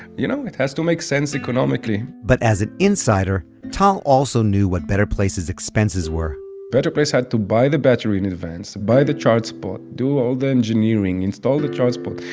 you know, it has to make sense economically but as an insider, tal also knew what better place's expenses were better place had to buy the battery in advance, buy the charge spot, do all the engineering, install the charge spot,